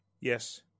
Yes